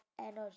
energy